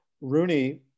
Rooney